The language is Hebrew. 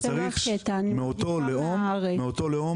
צריך מאותו לאום.